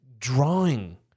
drawing